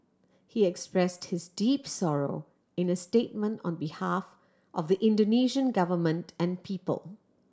he express his deep sorrow in a statement on behalf of the Indonesian Government and people